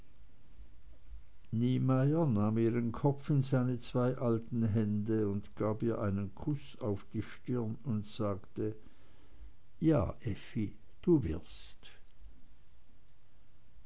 niemeyer nahm ihren kopf in seine zwei alten hände und gab ihr einen kuß auf die stirn und sagte ja effi du wirst